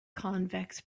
convex